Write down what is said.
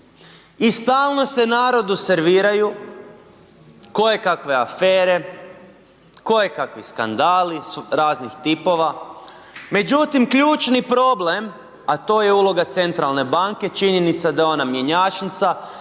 I stalno se narodu serviraju kojekakve afere, kojekakvi skandali raznih tipova, međutim ključni problem, a to je uloga centralne banke, činjenica da je ona mjenjačnica,